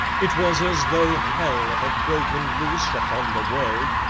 it was as though hell had broken loose upon the world,